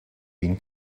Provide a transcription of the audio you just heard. been